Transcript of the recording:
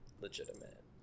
legitimate